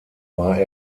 war